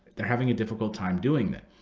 they're having a difficult time doing that.